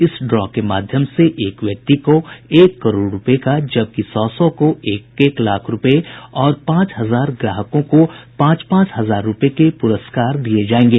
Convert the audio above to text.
इस ड्रा के माध्यम से एक व्यक्ति को एक करोड़ रूपये का जबकि सौ को एक एक लाख रूपये और पांच हजार ग्राहकों को पांच पांच हजार रूपये के प्रस्कार दिये जायेंगे